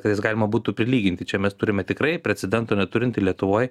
kad jas galima būtų prilyginti čia mes turime tikrai precedento neturintį lietuvoj